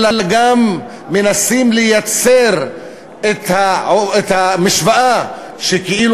אלא גם מנסים לייצר את המשוואה שכאילו